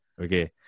okay